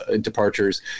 departures